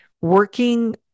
working